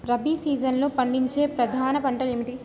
రబీ సీజన్లో పండించే ప్రధాన పంటలు ఏమిటీ?